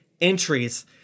entries